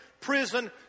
prison